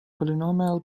polynomial